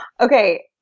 Okay